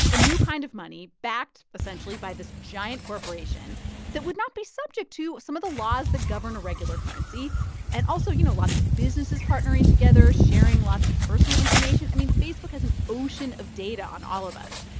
a new kind of money backed, essentially, by this giant corporation that would not be subject to some of the laws that govern a regular currency and, also, you know, lots of businesses partnering together, sharing lots of personal information. i mean, facebook has an ocean of data on all of us.